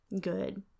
good